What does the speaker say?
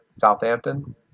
Southampton